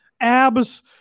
abs